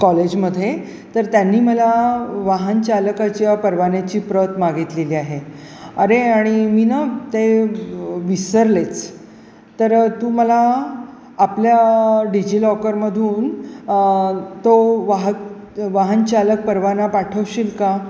कॉलेजमध्ये तर त्यांनी मला वाहनचालकाच्या परवान्याची प्रत मागितलेली आहे अरे आणि मी ना ते विसरलेच तर तू मला आपल्या डीजीलॉकरमधून तो वाहक वाहनचालक परवाना पाठवशील का